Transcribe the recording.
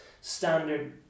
Standard